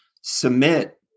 submit